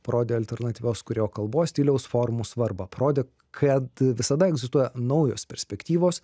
parodė alternatyvios kurėjo kalbos stiliaus formų svarbą parodė kad visada egzistuoja naujos perspektyvos